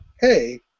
hey